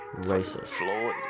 racist